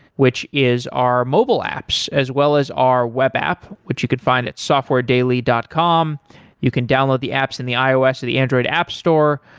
which is our mobile apps, as well as our web app, which you could find at softwaredaily dot com you can download the apps in the ios and the android app store.